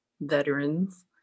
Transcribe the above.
veterans